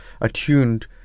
attuned